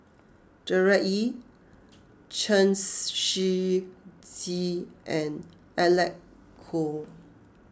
Gerard Ee Chen Shiji and Alec Kuok